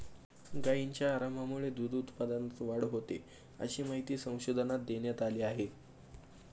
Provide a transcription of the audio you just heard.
गायींच्या आरामामुळे दूध उत्पादनात वाढ होते, अशी माहिती संशोधनात देण्यात आली आहे